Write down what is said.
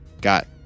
got